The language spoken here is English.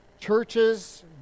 Churches